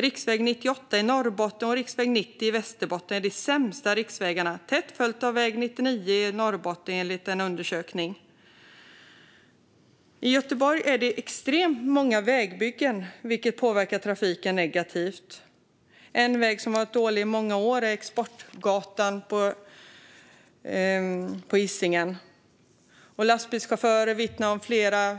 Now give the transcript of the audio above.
Riksväg 98 i Norrbotten och riksväg 90 i Västerbotten är de sämsta riksvägarna, tätt följt av väg 99 i Norrbotten, enligt en undersökning. I Göteborg pågår extremt många vägbyggen, vilket påverkar trafiken negativt. En väg som har varit dålig i många år är Exportgatan på Hisingen. Lastbilschaufförer vittnar om flera